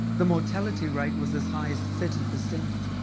the mortality rate was as high as thirty percent.